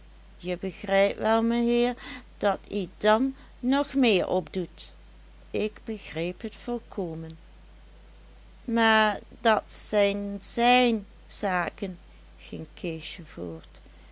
je begrijpt wel meheer dat ie dan nog meer opdoet ik begreep het volkomen maar dat zijn zijn zaken ging keesje voort